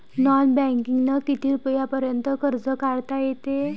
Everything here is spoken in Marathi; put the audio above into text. नॉन बँकिंगनं किती रुपयापर्यंत कर्ज काढता येते?